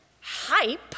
hype